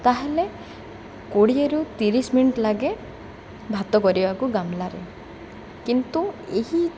ତା'ହେଲେ କୋଡ଼ିଏରୁ ତିରିଶି ମିନିଟ୍ ଲାଗେ ଭାତ କରିବାକୁ ଗାମ୍ଳାରେ କିନ୍ତୁ ଏହି